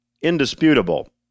indisputable